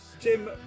Jim